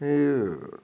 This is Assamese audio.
সেই